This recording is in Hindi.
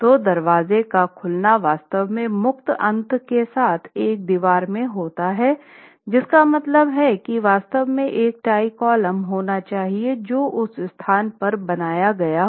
तो दरवाज़े का खुलना वास्तव में मुक्त अंत के साथ एक दीवार में होता है जिसका मतलब है की वास्तव में एक टाई कॉलम होना चाहिए जो उस स्थान पर बनाया गया हो